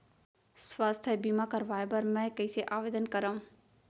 स्वास्थ्य बीमा करवाय बर मैं कइसे आवेदन करव?